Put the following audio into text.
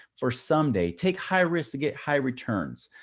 for someday take high risks to get high returns,